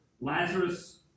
Lazarus